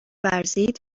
ورزید